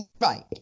Right